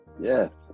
Yes